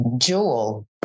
jewel